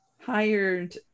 hired